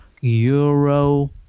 Euro